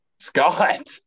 Scott